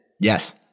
Yes